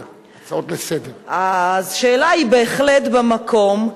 אז השאלה היא בהחלט במקום.